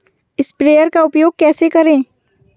Sprayer का उपयोग कैसे करें?